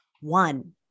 one